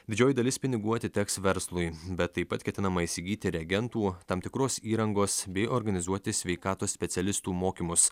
didžioji dalis pinigų atiteks verslui bet taip pat ketinama įsigyti reagentų tam tikros įrangos bei organizuoti sveikatos specialistų mokymus